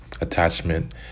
attachment